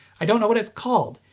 i don't know what it's called.